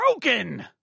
broken